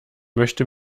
möchte